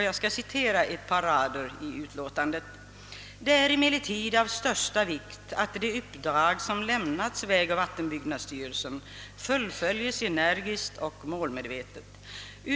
Jag återger här ett par rader i utlåtandet: »Det är emellertid av största vikt att det uppdrag som lämnats vägoch vattenbyggnadsstyrelsen = fullföljes energiskt och målmedvetet.